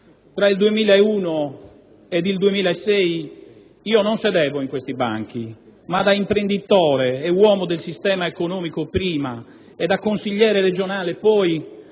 Tra il 2001 ed il 2006 io non sedevo in questi banchi, ma, da imprenditore e uomo del sistema economico prima e da consigliere regionale poi,